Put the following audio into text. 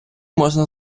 можна